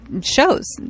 shows